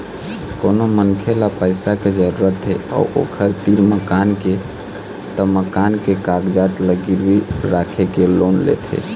कोनो मनखे ल पइसा के जरूरत हे अउ ओखर तीर मकान के त मकान के कागजात ल गिरवी राखके लोन लेथे